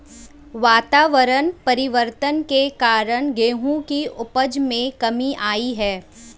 वातावरण परिवर्तन के कारण गेहूं की उपज में कमी आई है